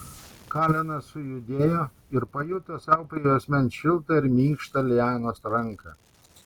kalenas sujudėjo ir pajuto sau prie juosmens šiltą ir minkštą lianos ranką